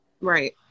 Right